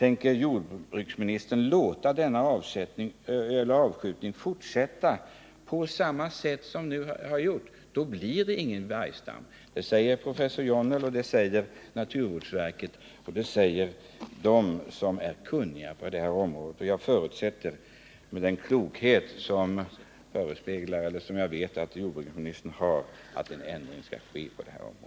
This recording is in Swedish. Om jordbruksministern tänker låta denna avskjutning fortsätta på samma sätt som hittills så får vi ingen vargstam. Det säger alla som är sakkunniga på detta område, och med den klokhet som jag vet att jordbruksministern har är jag säker på att han kommer att se till att det blir en ändring på detta område.